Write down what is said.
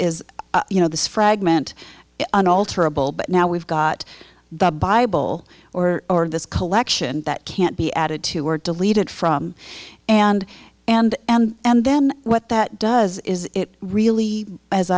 you know this fragment unalterable but now we've got the bible or this collection that can't be added to or deleted from and and and and then what that does is it really as